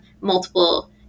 multiple